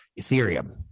Ethereum